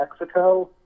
Mexico